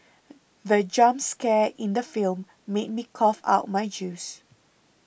the jump scare in the film made me cough out my juice